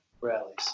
rallies